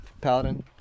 Paladin